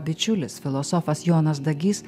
bičiulis filosofas jonas dagys